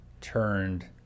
turned